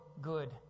good